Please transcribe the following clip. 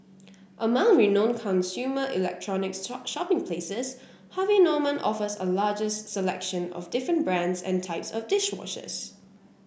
among renowned consumer electronics shopping places Harvey Norman offers a largest selection of different brands and types of dish washers